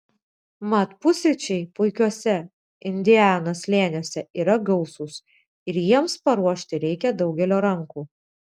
mat pusryčiai puikiuose indianos slėniuose yra gausūs ir jiems paruošti reikia daugelio rankų